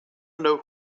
know